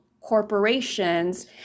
corporations